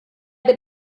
der